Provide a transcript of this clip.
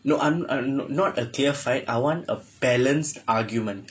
no I'm no~ not a clear fight I want a balanced argument